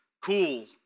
cool